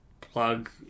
plug